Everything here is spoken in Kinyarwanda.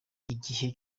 igihe